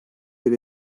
bir